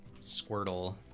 Squirtle